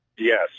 Yes